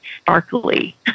sparkly